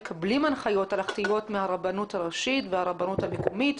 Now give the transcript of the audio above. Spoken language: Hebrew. הם מקבלים הנחיות הלכתיות מהרבנות הראשית ומהרבנות המקומית.